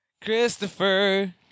Christopher